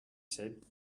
said